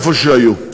איפה שהיו.